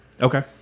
Okay